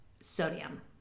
sodium